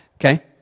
okay